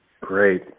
Great